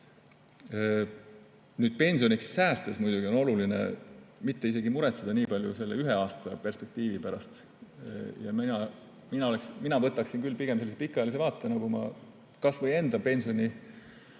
Pensioniks säästes on muidugi oluline mitte muretseda nii palju selle ühe aasta perspektiivi pärast. Mina võtaksin küll pigem sellise pikaajalise vaate, nagu ma kasvõi enda